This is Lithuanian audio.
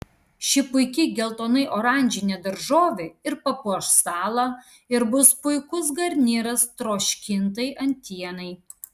ši puiki geltonai oranžinė daržovė ir papuoš stalą ir bus puikus garnyras troškintai antienai